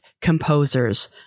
composers